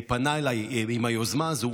פנה אליי עם היוזמה הזו,